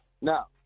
Now